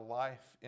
life